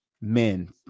men